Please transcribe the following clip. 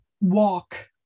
walk